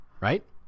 Right